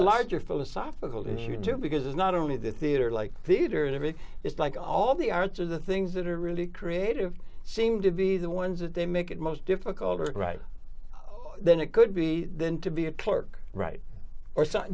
the larger philosophical and you do because it's not only the theater like theater in every it's like all the arts are the things that are really creative seem to be the ones that they make it most difficult right then it could be then to be a clerk right or something